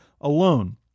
alone